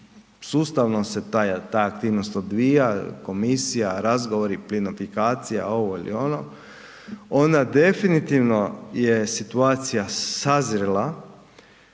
sustavno se ta aktivnost odvija, komisija, razgovori, plinofikacija, ovo ili ono, onda definitivno je situacija sazrela